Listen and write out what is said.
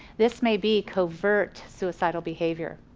this may be covert suicidal behavior.